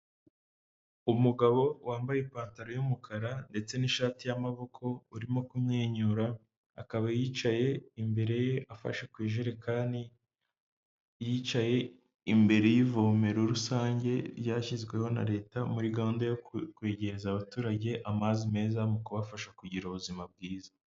Umugabo wambaye ipantaro y'umukara ndetse n'ishati y'amaboko urimo kumwenyura, akaba yicaye imbere ye afashe ku ijerekani, yicaye imbere y'ivomero rusange ryashyizweho na leta muri gahunda yo kwegereza abaturage amazi meza, mu kubafasha kugira ubuzima bwiza.